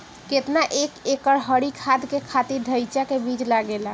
केतना एक एकड़ हरी खाद के खातिर ढैचा के बीज लागेला?